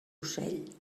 ocell